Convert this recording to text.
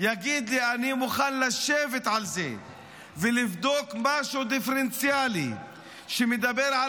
יגיד לי: אני מוכן לשבת על זה ולבדוק משהו דיפרנציאלי שמדבר על